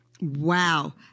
Wow